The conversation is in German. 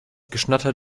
geschnatter